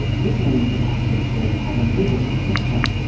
this means the catholic church has a legal protection.